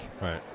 Right